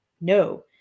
No